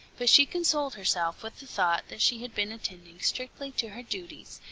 but she consoled herself with the thought that she had been attending strictly to her duties,